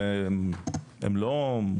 הם לא מופעלים כחניון.